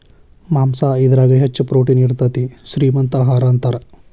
ಮಾಂಸಾ ಇದರಾಗ ಹೆಚ್ಚ ಪ್ರೋಟೇನ್ ಇರತತಿ, ಶ್ರೇ ಮಂತ ಆಹಾರಾ ಅಂತಾರ